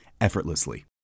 effortlessly